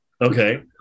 Okay